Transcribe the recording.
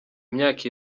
myaka